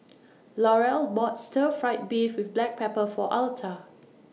Laurel bought Stir Fried Beef with Black Pepper For Alta